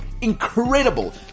incredible